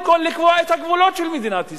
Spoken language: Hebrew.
כול לקבוע את הגבולות של מדינת ישראל,